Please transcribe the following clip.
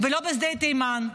ולא בשדה תימן.